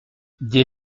dès